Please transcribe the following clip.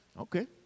Okay